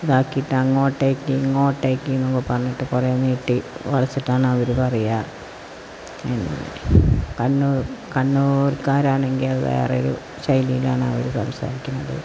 ബാക്കി അങ്ങോട്ടേക്ക് ഇങ്ങോട്ടേക്ക് എന്നൊക്കെ പറഞ്ഞിട്ട് കുറേ നീട്ടി വളച്ചിട്ടാണവർ പറയുക പിന്നെ കണ്ണൂർ കണ്ണൂർക്കാരാണെങ്കിൽ വേറൊരു ശൈലിയിലാണവർ സംസാരിക്കണത്